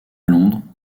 londres